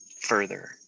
further